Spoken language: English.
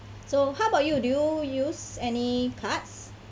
so how about you do you use any cards